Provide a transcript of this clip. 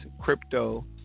crypto